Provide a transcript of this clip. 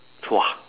!wah!